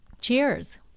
Cheers